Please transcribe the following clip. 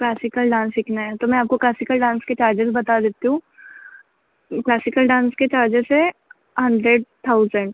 classical dance सीखना है तो मैं आपको क्लासिकल डांस के चार्जेज़ बता देती हूँ क्लासिकल डांस के चार्जेस है हंड्रेड थाउज़ेंड